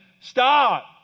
stop